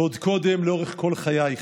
ועוד קודם לאורך כל חייך.